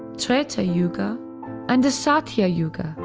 treta yuga and the satya yuga,